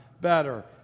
better